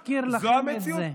אני אזכיר לכם את זה.